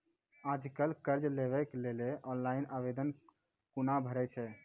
आज कल कर्ज लेवाक लेल ऑनलाइन आवेदन कूना भरै छै?